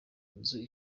nzu